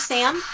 Sam